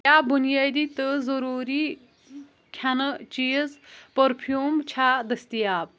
کیٛاہ بُنیٲدی تہٕ ضٔروٗری کھیٚنہٕ چیٖز پٔرفیٛوّم چھا دٔستیاب